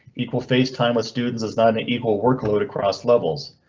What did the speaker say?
equal facetime with students is not an equal workload across levels.